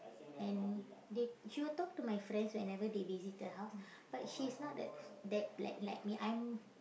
and they she will talk to my friends whenever they visit the house but she's not that that like like me I'm